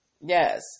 Yes